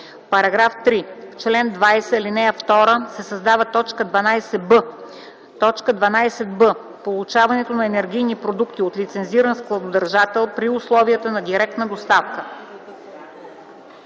„§ 3. В чл. 20, ал. 2 се създава т. 12б: „12б. получаването на енергийни продукти от лицензиран складодържател при условията на директна доставка”.”